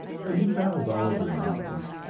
but he traveled all over the mountains,